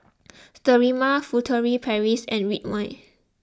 Sterimar Furtere Paris and Ridwind